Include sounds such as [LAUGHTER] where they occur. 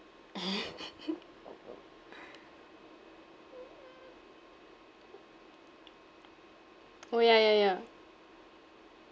[LAUGHS] [NOISE] orh ya ya ya